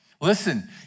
Listen